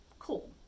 Cool